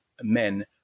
men